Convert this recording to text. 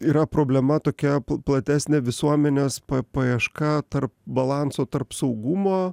yra problema tokia platesnė visuomenės paieška tarp balanso tarp saugumo